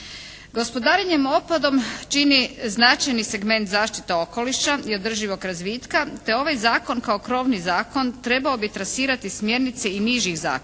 Gospodarenjem otpadom čini značajan segment zaštite okoliša i održivog razvitka te je ovaj zakon kao krovni zakon trebao bi trasirati smjernice i nižih zakona.